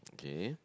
K